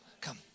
come